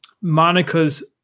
Monica's